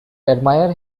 admire